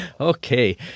Okay